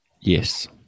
Yes